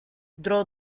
draw